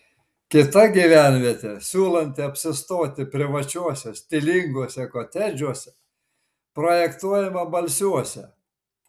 kita gyvenvietė siūlanti apsistoti privačiuose stilinguose kotedžuose projektuojama balsiuose